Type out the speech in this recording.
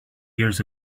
years